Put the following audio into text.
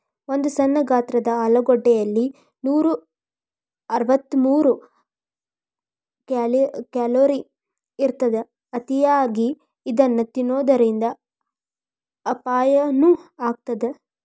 ಒಂದು ಸಣ್ಣ ಗಾತ್ರದ ಆಲೂಗಡ್ಡೆಯಲ್ಲಿ ನೂರಅರವತ್ತಮೂರು ಕ್ಯಾಲೋರಿ ಇರತ್ತದ, ಅತಿಯಾಗಿ ಇದನ್ನ ತಿನ್ನೋದರಿಂದ ಅಪಾಯನು ಆಗತ್ತದ